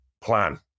plan